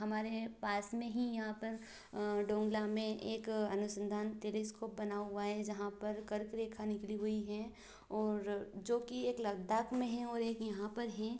हमारे पास में ही यहाँ पर डोंगला में एक अनुसंधान टेरीइस्कोप बना हुआ है जहाँ पर कर्क रेखा निकली हुई हैं ओर जो कि एक लद्दाख में हें और एक यहाँ पर हैं